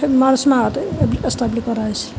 ফে মাৰ্চ মাহত এষ্টাব্লি কৰা হৈছিল